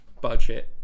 budget